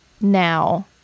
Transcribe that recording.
now